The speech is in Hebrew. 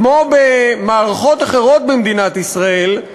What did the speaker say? כמו במערכות אחרות במדינת ישראל,